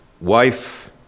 wife